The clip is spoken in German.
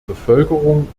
bevölkerung